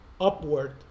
upward